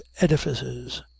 edifices